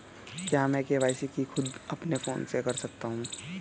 क्या मैं के.वाई.सी खुद अपने फोन से कर सकता हूँ?